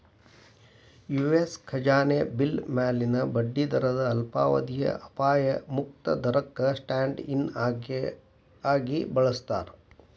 US ಖಜಾನೆ bill ಮ್ಯಾಲಿನ ಬಡ್ಡಿ ದರನ ಅಲ್ಪಾವಧಿಯ ಅಪಾಯ ಮುಕ್ತ ದರಕ್ಕ ಸ್ಟ್ಯಾಂಡ್ ಇನ್ ಆಗಿ ಬಳಸ್ತಾರ